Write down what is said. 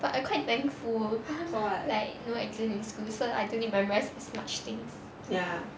but I quite thankful like no exams in school so I don't need memorise as much things